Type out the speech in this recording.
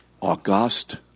august